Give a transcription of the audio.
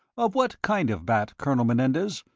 of what kind of bat, colonel menendez?